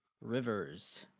Rivers